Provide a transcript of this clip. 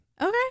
Okay